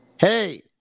Hey